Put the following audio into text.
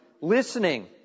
Listening